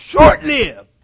Short-lived